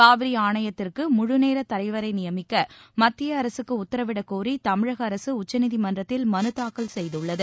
காவிரிஆணைத்திற்குமுழநேரத் தலைவரைநியமிக்கமத்தியஅரசுக்குஉத்தரவிடக் கோரிதமிழகஅரசுஉச்சநீதிமன்றத்தில் மனுதாக்கல் செய்துள்ளது